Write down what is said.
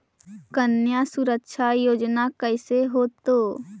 कन्या सुरक्षा योजना कैसे होतै?